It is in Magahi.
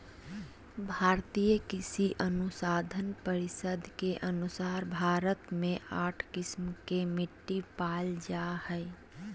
भारतीय कृषि अनुसंधान परिसद के अनुसार भारत मे आठ किस्म के मिट्टी पाल जा हइ